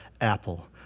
Apple